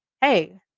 Hey